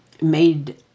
made